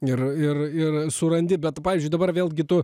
ir ir ir surandi bet pavyzdžiui dabar vėlgi tu